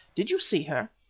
did you see her?